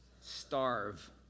starve